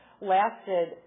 lasted